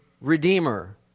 redeemer